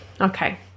Okay